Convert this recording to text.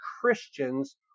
Christians